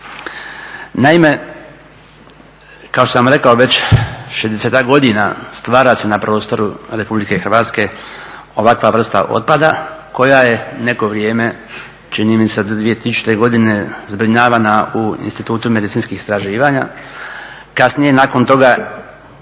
Naime, kao što sam rekao već 60-ak godina stvara se na prostoru Republike Hrvatske ovakva vrsta otpada koja je neko vrijeme čini milijuna i se do 2000. godine zbrinjavana u Institutu medicinskih istraživanja. Kasnije nakon toga